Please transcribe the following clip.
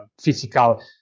physical